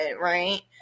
right